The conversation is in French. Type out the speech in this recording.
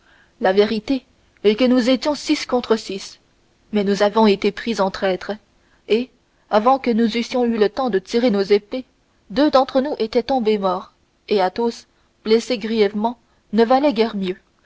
la vérité est que nous étions six contre six mais nous avons été pris en traître et avant que nous eussions eu le temps de tirer nos épées deux d'entre nous étaient tombés morts et athos blessé grièvement ne valait guère mieux